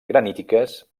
granítiques